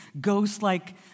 ghost-like